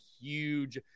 huge